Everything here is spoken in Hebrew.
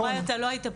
לא היית פה.